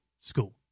school